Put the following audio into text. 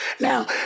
Now